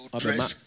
dress